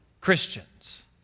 Christians